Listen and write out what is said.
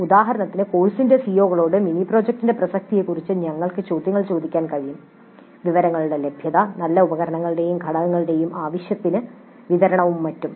ഉദാഹരണത്തിന് കോഴ്സിന്റെ സിഒകളോട് മിനി പ്രോജക്റ്റിന്റെ പ്രസക്തിയെക്കുറിച്ച് ഞങ്ങൾക്ക് ചോദ്യങ്ങൾ ചോദിക്കാൻ കഴിയും വിഭവങ്ങളുടെ ലഭ്യത നല്ല ഉപകരണങ്ങളും ഘടകങ്ങളുടെ ആവശ്യത്തിന് വിതരണവും മറ്റും